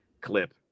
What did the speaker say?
clip